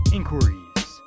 Inquiries